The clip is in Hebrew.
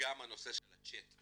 וגם על נושא של הצ'ט,